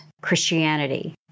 Christianity